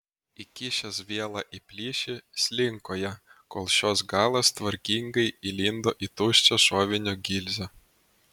įkišęs vielą į plyšį slinko ją kol šios galas tvarkingai įlindo į tuščią šovinio gilzę